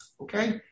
okay